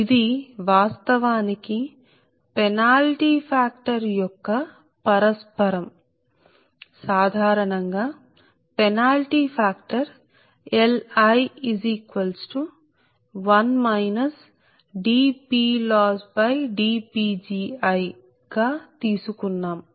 ఇది వాస్తవానికి penalty factor యొక్క పరస్పరం సాధారణంగా పెనాల్టీ ఫ్యాక్టర్ Li 1 dPLossdPgi గా తీసుకున్నాము